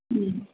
ओम